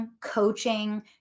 coaching